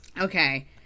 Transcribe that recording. Okay